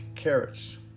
carrots